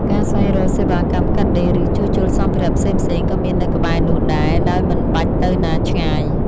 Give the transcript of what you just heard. ការស្វែងរកសេវាកម្មកាត់ដេរ ឬជួសជុលសម្ភារៈផ្សេងៗក៏មាននៅក្បែរនោះដែរដោយមិនបាច់ទៅណាឆ្ងាយ។